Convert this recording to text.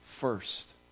first